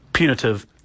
punitive